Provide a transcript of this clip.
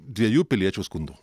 dviejų piliečių skundų